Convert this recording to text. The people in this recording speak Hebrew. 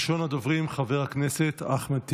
ראשון הדוברים, חבר הכנסת אחמד טיבי,